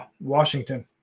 Washington